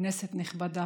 כנסת נכבדה,